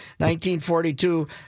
1942